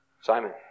Simon